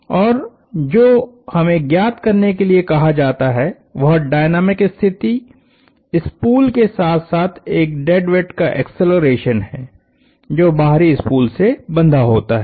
और जो हमें ज्ञात करने के लिए कहा जाता है वह डायनामिक स्थिति स्पूल के साथ साथ एक डेड वेट का एक्सेलरेशन है जो बाहरी स्पूल से बंधा होता है